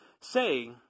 say